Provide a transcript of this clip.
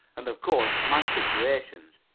and of course my situations.